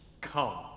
come